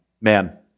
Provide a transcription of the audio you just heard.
man-